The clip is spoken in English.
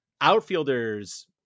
outfielders